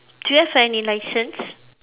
do you have any licence